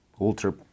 ultra